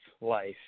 life